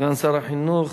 סגן שר החינוך